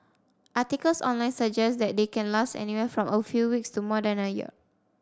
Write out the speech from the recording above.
articles online suggest they can last anywhere from a few weeks to more than a year